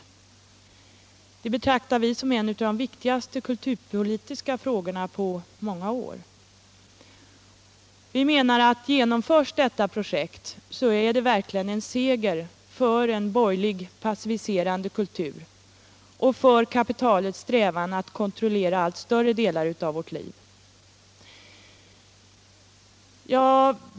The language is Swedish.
Vi betraktar detta som en av de viktigaste kulturpolitiska — Kommersialismens frågorna på flera år. Genomförs detta projekt är det verkligen en seger = verkningar på för en borgerlig passiviserande kultur och för kapitalets strävan att kon = kulturområdet trollera allt större delar av vårt liv.